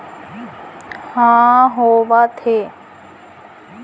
बेवसायिक बेंक ह मनसे मन ल धंधा पानी खोले बर जेन करजा देवत हे ओखर ले मनसे के बिकास होवत हे